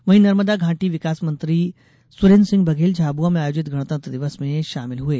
वहीं नर्मदा घाटी विकास मंत्री सुरेन्द्र सिंह बघेल झाबुआ में आयोजित गणतंत्र दिवस में शामिल हुए